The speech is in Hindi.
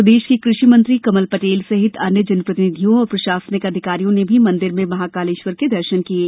प्रदेश के कृषि मंत्री कमल पटेल सहित अन्य जनप्रतिनिधियों और प्रशासनिक अधिकारियों ने भी मंदिर में महाकालेश्वर के दर्शन किये